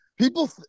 people